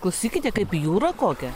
klausykite kaip jūra kokia